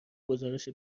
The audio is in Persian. گزارش